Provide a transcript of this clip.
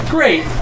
Great